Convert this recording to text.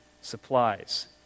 supplies